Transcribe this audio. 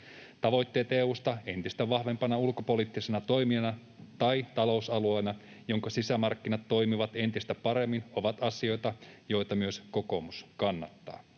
Tavoitteet EU:sta entistä vahvempana ulkopoliittisena toimijana tai talousalueena, jonka sisämarkkinat toimivat entistä paremmin, ovat asioita, joita myös kokoomus kannattaa.